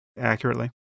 accurately